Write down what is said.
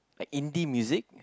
Indie music